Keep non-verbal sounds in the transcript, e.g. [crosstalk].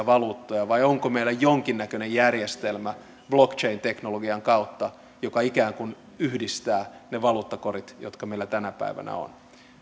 [unintelligible] valuuttoja vai onko meillä jonkinnäköinen järjestelmä blockchain teknologian kautta joka ikään kuin yhdistää ne valuuttakorit jotka meillä tänä päivänä on